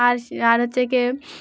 আর আর হচ্ছে গিয়ে